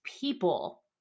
people